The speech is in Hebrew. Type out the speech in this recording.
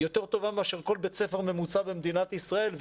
יותר טובה מאשר כל בית ספר ממוצע במדינת ישראל,